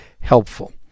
helpful